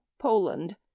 Poland